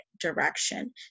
direction